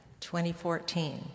2014